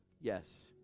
yes